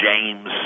James